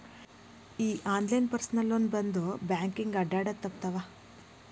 ಈ online personal loan ಬಂದ್ ಬ್ಯಾಂಕಿಗೆ ಅಡ್ಡ್ಯಾಡುದ ತಪ್ಪಿತವ್ವಾ